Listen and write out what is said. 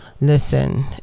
Listen